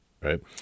right